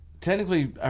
Technically